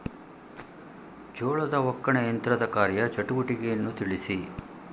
ಜೋಳದ ಒಕ್ಕಣೆ ಯಂತ್ರದ ಕಾರ್ಯ ಚಟುವಟಿಕೆಯನ್ನು ತಿಳಿಸಿ?